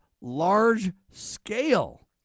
large-scale